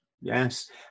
yes